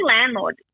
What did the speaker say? landlord